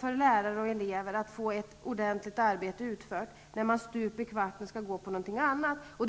för lärare och elever att få ett ordentligt arbete utfört när eleven stup i kvarten skall gå på någon annan lektion.